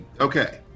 Okay